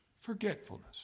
Forgetfulness